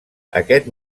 aquest